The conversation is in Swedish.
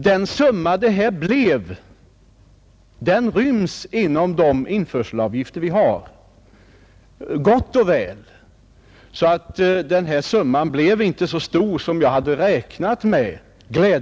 Den summa det gäller ryms gott och väl inom införselavgifternas ram — den blev, glädjande nog, inte så stor som jag hade räknat med.